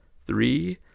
three